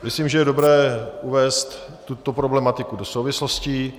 Myslím, že je dobré uvést tuto problematiku do souvislostí.